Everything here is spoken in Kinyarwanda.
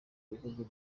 bihugu